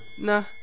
Nah